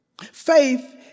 Faith